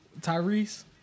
Tyrese